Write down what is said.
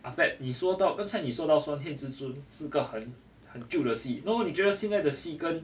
after that 你说到刚才你说到双天至尊是个很很旧的戏那么你觉得现在的戏跟